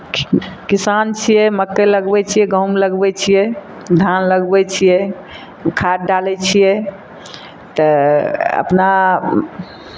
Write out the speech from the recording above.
कि किसान छियै मक्कइ लगबै छियै गहुम लगबै छियै धान लगबै छियै खाद डालै छियै तऽ अपना